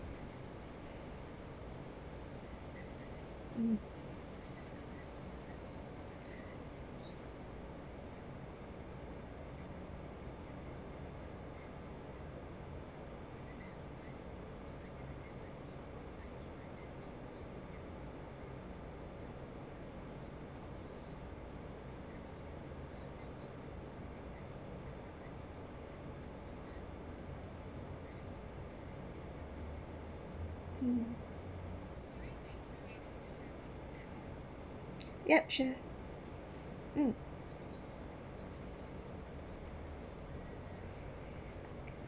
mm (uh huh) yup sure um